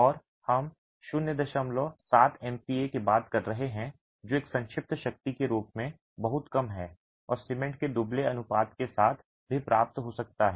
और हम 07 एमपीए की बात कर रहे हैं जो कि एक संक्षिप्त शक्ति के रूप में बहुत कम है और सीमेंट के दुबले अनुपात के साथ भी प्राप्त हो सकता है